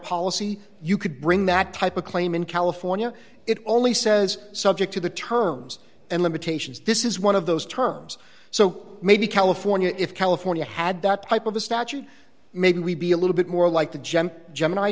policy you could bring that type of claim in california it only says subject to the terms and limitations this is one of those terms so maybe california if california had that type of a statute maybe we'd be a little bit more like the jem gemini